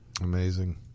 Amazing